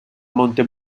monte